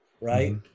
right